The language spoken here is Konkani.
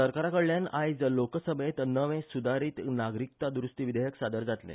सरकाराकडल्यान आयज लोकसभेत नवे सुधारीत नागरीकत्व दुरुस्ती विधेयक सादर जातले